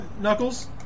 Knuckles